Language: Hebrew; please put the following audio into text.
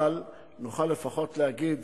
אבל נוכל לפחות להגיד,